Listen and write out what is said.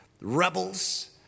rebels